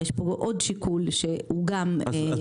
יש כאן עוד שיקול שגם הוא חלק מהעניין.